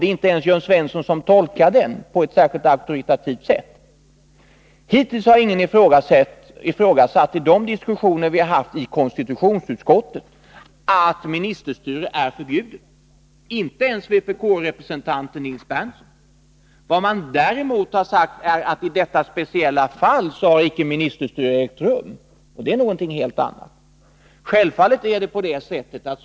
Det är inte ens Jörn = affärsverksam Svensson som tolkar den på ett särskilt auktoritativt sätt. heten Hittills har ingen i de diskussioner vi haft i konstitutionsutskottet ifrågasatt att ministerstyre är förbjudet, inte ens vpk-representanten Nils Berndtson. Däremot har man sagt att ministerstyre icke har ägt rum i det speciella fall som vi nu diskuterar, men det är någonting helt annat.